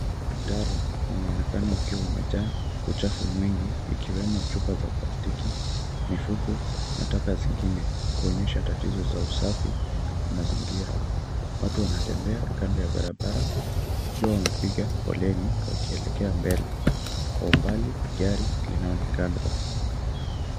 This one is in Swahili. Mtaro unaonekana ukiwa umejaa uchafu mwingi ikiwemo chupa za plastiki, mifuko na taka zingine kuonyesha tatizo za usafi wa mazingira. Watu wanatembea kando ya barabara ikiwa wamepiga foleni wakielekea mbele. Kwa umbali gari linaonekana.